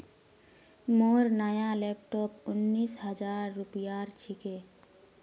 मोर नया लैपटॉप उन्नीस हजार रूपयार छिके